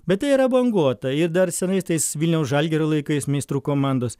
bet tai yra banguota ir dar senais tais vilniaus žalgirio laikais meistrų komandos